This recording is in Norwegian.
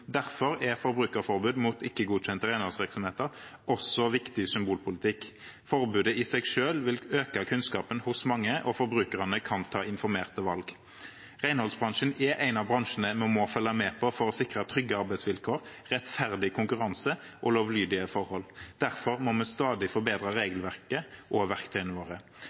Derfor er forbrukerforbud mot ikke-godkjente renholdsvirksomheter også viktig symbolpolitikk. Forbudet i seg selv vil øke kunnskapen hos mange, og forbrukerne kan ta informerte valg. Renholdsbransjen er en av bransjene vi må følge med på for å sikre trygge arbeidsvilkår, rettferdig konkurranse og lovlydige forhold. Derfor må vi stadig forbedre regelverket og verktøyene våre.